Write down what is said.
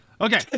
Okay